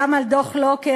גם על דוח לוקר,